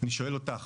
אני שואל אותך.